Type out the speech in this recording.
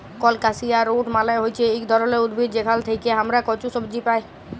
colocasia root মালে হচ্যে ইক ধরলের উদ্ভিদ যেখাল থেক্যে হামরা কচু সবজি পাই